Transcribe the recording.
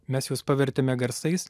mes juos pavertėme garsais